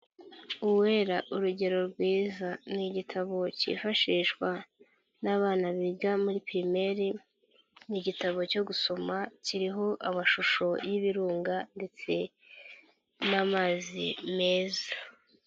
Uwera urugero rwiza ni igitabo cyifashishwa n'abana biga muri pirimeri, ni igitabo cyo gusoma kiriho amashusho y'ibirunga ndetse n'amazi meza.